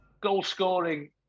goal-scoring